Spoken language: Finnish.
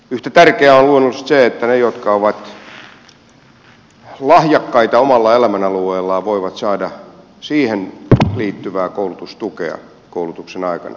yhtä tärkeää on luonnollisesti se että ne jotka ovat lahjakkaita omalla elämänalueellaan voivat saada siihen liittyvää koulutustukea koulutuksen aikana